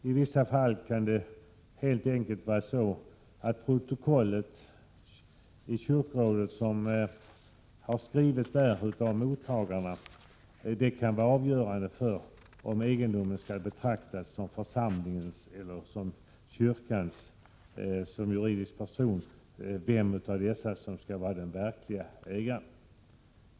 I vissa fall kan det helt enkelt vara så, att protokollet i kyrkorådet — som har skrivits av mottagarna — kan vara avgörande för om det är församlingen eller kyrkan som juridisk person som skall betraktas som den verkliga ägaren till egendomen.